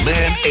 Man